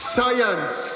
Science